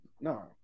no